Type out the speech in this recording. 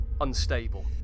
unstable